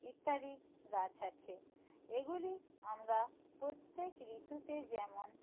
ইত্যাদি গাছ আছে এগুলি আমরা প্রত্যেক ঋতুতে যেমন